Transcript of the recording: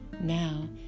Now